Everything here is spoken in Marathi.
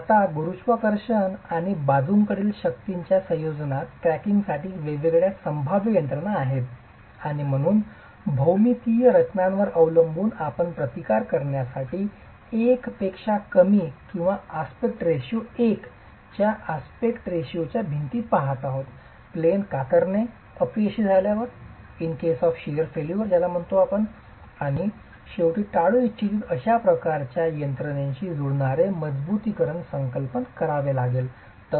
आता गुरुत्वाकर्षण आणि बाजूकडील शक्तींच्या संयोजनात क्रॅकिंगसाठी वेगवेगळ्या संभाव्य यंत्रणा आहेत आणि म्हणून भौमितीय रचनांवर अवलंबून आपण प्रतिकार करण्यासाठी 1 पेक्षा कमी किंवा आस्पेक्ट रेशो 1 च्या आस्पेक्ट रेशोच्या भिंती पहात आहोत प्लेन कातरणे अपयशी झाल्यावर आपण शेवटी टाळू इच्छित अशा प्रकारच्या यंत्रणेशी जुळणारे मजबुतीकरण संकल्पन करावे लागेल